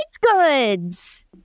goods